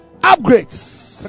upgrades